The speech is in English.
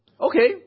okay